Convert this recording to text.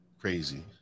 crazy